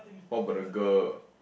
what about the girl